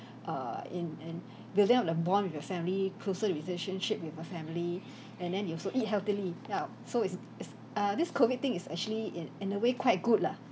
err in in building of the bond with your family closer relationship with our family and then you also eat healthily ya so it's it's err this COVID thing is actually in in a way quite good lah